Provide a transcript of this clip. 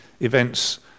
events